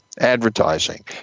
advertising